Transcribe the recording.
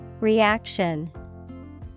Reaction